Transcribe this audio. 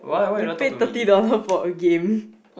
you paid thirty dollar for a game